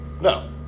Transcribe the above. No